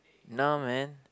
nah man